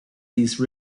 these